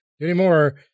anymore